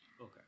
Okay